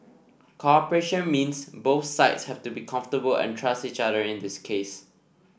cooperation means both sides have to be comfortable and trust each other in this case